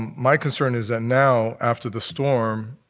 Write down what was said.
my concern is that now, after the storm,